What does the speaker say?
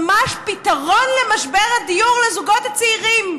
ממש פתרון למשבר הדיור לזוגות הצעירים,